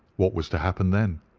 what was to happen then?